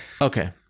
Okay